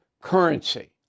currency